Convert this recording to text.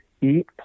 eat